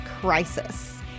crisis